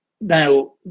Now